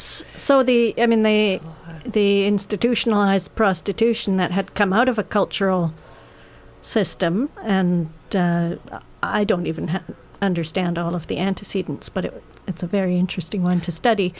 so the i mean the the institutionalized prostitution that had come out of a cultural system and i don't even understand all of the antecedents but it's a very interesting one to study